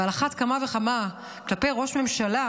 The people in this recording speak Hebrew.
ועל אחת כמה וכמה כלפי ראש ממשלה,